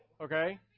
Okay